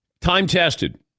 Time-tested